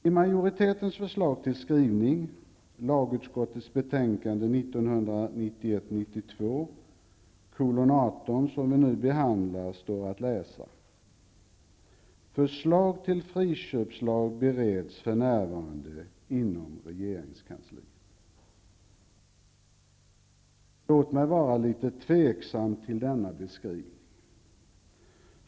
I majoritetens förslag till skrivning, lagutksottets betänkande 1991/92:LU18, som vi nu behandlar, står att läsa att ''förslag till friköpslag för närvarande bereds inom regeringskansliet''. Låt mig vara litet tveksam till denna beskrivning.